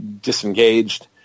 disengaged